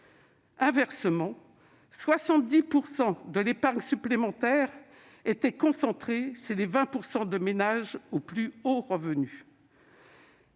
Inversement, quelque 70 % de l'épargne supplémentaire étaient concentrés chez les 20 % de ménages aux plus hauts revenus.